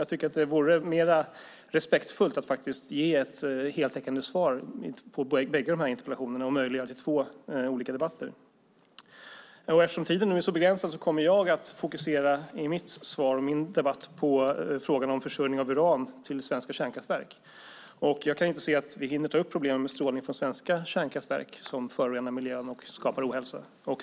Jag tycker att det vore mer respektfullt att ge ett heltäckande svar på bägge interpellationerna med möjlighet till två olika debatter. Eftersom tiden nu är så begränsad kommer jag i min debatt att fokusera på frågan om försörjning av uran till svenska kärnkraftverk. Jag kan inte se att vi hinner ta upp problemen med strålning från svenska kärnkraftverk som förorenar miljön och skapar ohälsa.